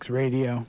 radio